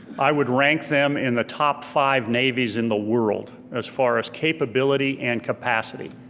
i would rank them in the top five navies in the world as far as capability and capacity.